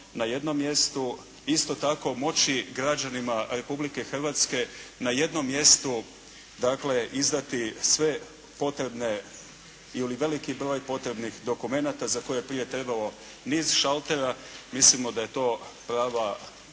na jednom mjestu. Isto tako moći građanima Republike Hrvatske na jednom mjestu, dakle izdati sve potrebne ili veliki broj potrebnih dokumenata za koje je prije trebalo niz šaltera, mislimo da je to prava